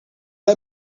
let